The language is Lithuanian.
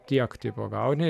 tiek tipo gauni